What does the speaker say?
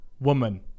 woman